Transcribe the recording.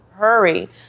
Hurry